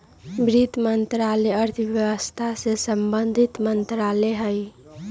वित्त मंत्रालय अर्थव्यवस्था से संबंधित मंत्रालय हइ